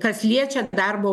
kas liečia darbo